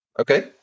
okay